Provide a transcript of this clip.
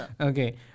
Okay